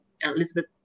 Elizabeth